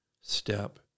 step